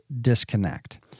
disconnect